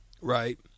right